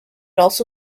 also